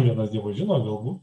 vienas dievas žino galbūt